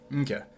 okay